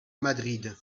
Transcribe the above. madrid